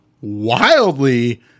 wildly